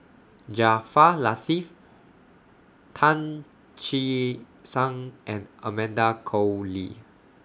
Jaafar Latiff Tan Che Sang and Amanda Koe Lee